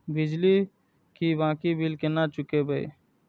बिजली की बाकी बील केना चूकेबे?